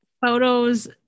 Photos